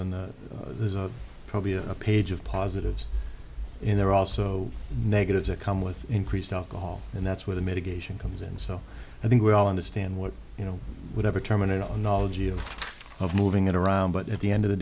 and there's a probably a page of positives in there also negatives that come with increased alcohol and that's where the mitigation comes in so i think we all understand what you know whatever terminate all knology of of moving it around but at the end of the